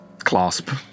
clasp